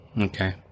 Okay